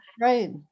Right